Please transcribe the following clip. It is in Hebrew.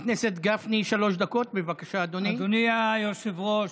אדוני היושב-ראש,